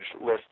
list